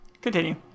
Continue